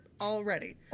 already